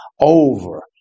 over